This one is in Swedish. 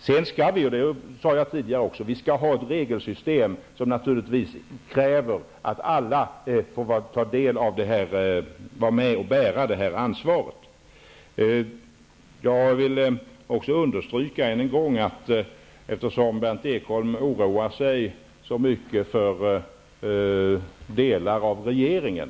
Men vi skall också, som jag sade, ha ett regelsystem som naturligtvis kräver att alla är med och bär det här ansvaret. Berndt Ekholm oroar sig mycket för delar av regeringen.